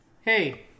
hey